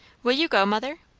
will you go, mother?